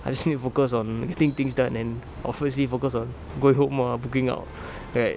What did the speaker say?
I still need to focus on getting things done and obviously focus on going home or booking out right